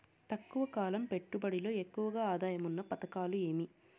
తక్కువ కాలం పెట్టుబడిలో ఎక్కువగా ఆదాయం ఉన్న పథకాలు ఏమి?